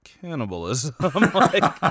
cannibalism